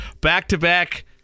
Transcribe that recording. back-to-back